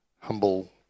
humble